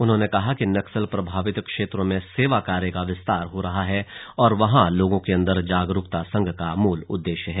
उन्होंने कहा कि नक्सल प्रभावित क्षेत्रों में सेवा कार्य का विस्तार हो रहा है और वहां लोगों के अंदर जागरूकता संघ का मूल उद्देश्य है